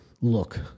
look